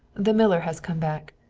the miller has come back.